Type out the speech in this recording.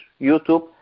YouTube